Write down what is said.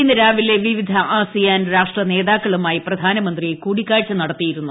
ഇന്ന് രാവിലെ വിവിധ ആസിയാൻ രാഷ്ട്രനേതാക്കളുമായി പ്രധാനമന്ത്രി കൂടിക്കാഴ്ച നടത്തിയിരുന്നു